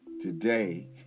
Today